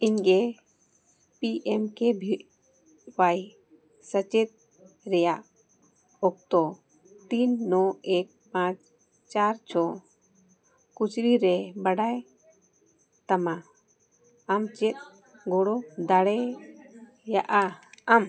ᱤᱧ ᱜᱮ P M ᱠᱮ ᱵᱷᱤ ᱚᱣᱟᱭ ᱥᱮᱪᱮᱫ ᱨᱮᱭᱟᱜ ᱚᱠᱛᱚ ᱛᱤᱱ ᱱᱚ ᱮᱠ ᱯᱟᱸᱪ ᱪᱟᱨ ᱪᱷᱚ ᱠᱩᱪᱨᱤ ᱨᱮ ᱵᱟᱰᱟᱭ ᱛᱟᱢᱟ ᱟᱢ ᱪᱮᱫ ᱜᱚᱲᱚ ᱫᱟᱲᱮᱭᱟᱜᱼᱟ ᱟᱢ